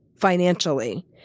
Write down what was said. financially